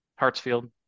Hartsfield